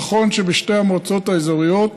נכון שבשתי המועצות האזוריות